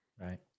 Right